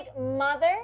mother